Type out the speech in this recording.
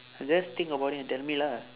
just think about it and tell me lah